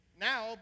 Now